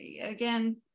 again